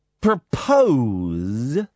propose